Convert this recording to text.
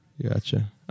gotcha